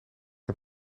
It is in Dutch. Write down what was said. een